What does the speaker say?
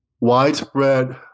widespread